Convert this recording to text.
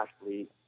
athlete